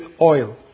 oil